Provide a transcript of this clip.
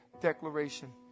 declaration